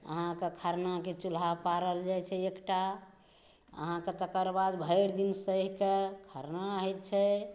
अहाँके खरनाके चुल्हा पारल जाइ छै एकटा अहाँके तकर बाद भरि दिन सहिकऽ खरना होइ छै